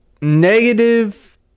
negative